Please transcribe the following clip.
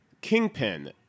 Kingpin